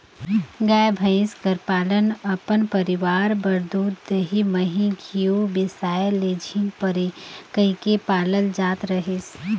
गाय, भंइस कर पालन अपन परिवार बर दूद, दही, मही, घींव बेसाए ले झिन परे कहिके पालल जात रहिस